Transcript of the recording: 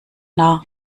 narr